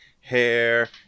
hair